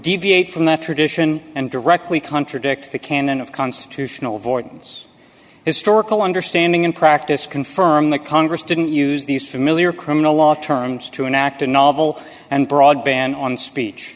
deviate from that tradition and directly contradict the canon of constitutional avoidance historical understanding and practice confirm that congress didn't use these familiar criminal law terms to enact a novel and broadband on speech